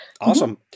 Awesome